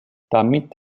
damit